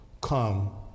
come